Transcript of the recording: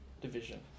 division